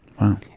Wow